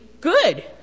good